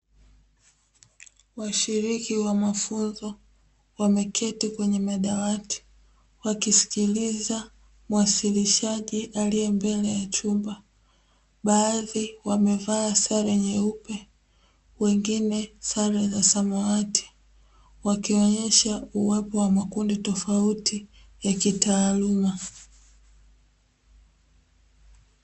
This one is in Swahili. Washiriki wa mafunzo wameketi kwenye madawati wakisikiliza mwasilishaji aliye mbele ya chumba. Baadhi wamevaa sare nyeupe wengine sare za samawati wakionyesha uwepo wa makundi tofauti ya kitaaluma.